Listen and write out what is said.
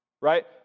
right